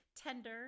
tender